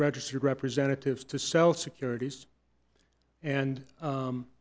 registered representatives to sell securities and